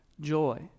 joy